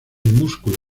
músculo